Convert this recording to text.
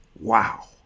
Wow